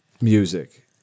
music